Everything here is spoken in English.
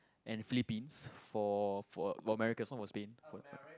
and Philippines for for for America's one was Spain